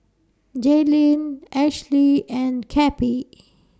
Jalynn Ashlie and Cappie